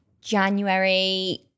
January